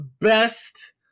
best